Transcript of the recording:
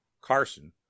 Carson